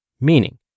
meaning